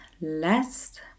last